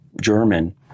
German